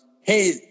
Hey